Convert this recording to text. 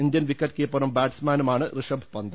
Indian wicket കീപ്പറും ബാറ്റ്സ്മാനുമാണ് ഋഷഭ് പന്ത്